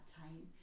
time